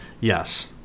Yes